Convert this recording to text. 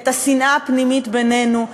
את השנאה הפנימית בינינו,